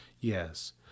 Yes